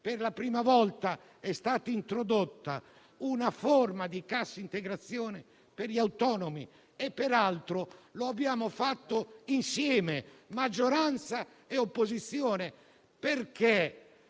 Per la prima volta è stata introdotta una forma di cassa integrazione per gli autonomi, e peraltro lo abbiamo fatto insieme, maggioranza e opposizione. Perché